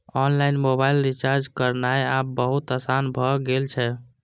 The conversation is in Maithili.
ऑनलाइन मोबाइल रिचार्ज करनाय आब बहुत आसान भए गेल छै